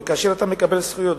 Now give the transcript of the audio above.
וכאשר אתה מקבל זכויות,